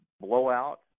blowout